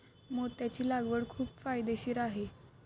मोत्याची लागवड खूप फायदेशीर आहे